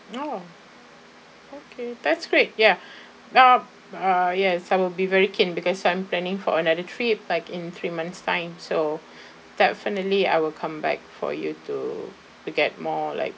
orh okay that's great ya a'ah err yes I will be very keen because I'm planning for another trip but in three months time so definitely I will come back for you to to get more like